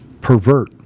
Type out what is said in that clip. pervert